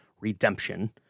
Redemption